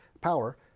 power